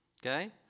Okay